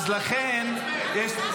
אני רוצה להבין,